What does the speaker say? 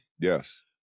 Yes